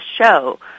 show